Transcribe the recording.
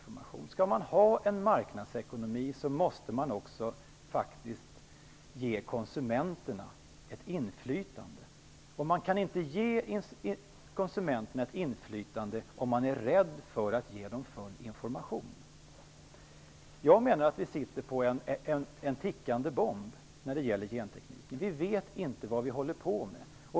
Om man skall ha en marknadsekonomi måste man faktiskt också ge konsumenterna ett inflytande. Man kan inte ge dem detta om man är rädd för att ge dem fullständig information. Jag menar att vi sitter på en tickande bomb när det gäller gentekniken. Vi vet inte vad vi håller på med.